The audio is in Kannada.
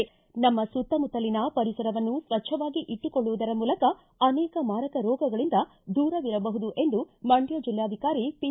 ನಮ್ನ ಸುತ್ತಮುತ್ತಲಿನ ಪರಿಸರವನ್ನು ಸ್ವಚ್ಚವಾಗಿ ಇಟ್ಟುಕೊಳ್ಳುವುದರ ಮೂಲಕ ಅನೇಕ ಮಾರಕ ರೋಗಗಳಿಂದ ದೂರವಿರಬಹುದು ಎಂದು ಮಂಡ್ಯ ಜಿಲ್ಲಾಧಿಕಾರಿ ಪಿ